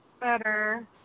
Better